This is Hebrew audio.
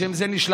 לשם זה נשלחנו.